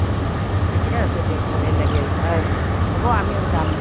হয় ঠিকেই আছে দিয়ক ভালেই লাগিল হয় হ'ব আমিও যাম